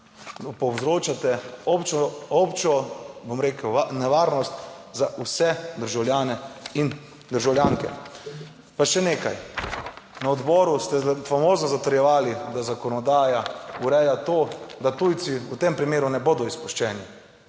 povzročate občo, bom rekel, nevarnost za vse državljane in državljanke. Pa še nekaj, na odboru ste famozno zatrjevali, da zakonodaja ureja to, da tujci v tem primeru ne bodo izpuščeni,